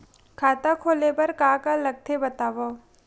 खाता खोले बार का का लगथे बतावव?